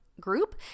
group